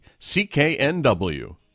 CKNW